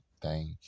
thank